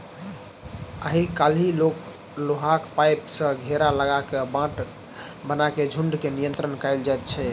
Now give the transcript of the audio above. आइ काल्हि लोहाक पाइप सॅ घेरा लगा क बाट बना क झुंड के नियंत्रण कयल जाइत छै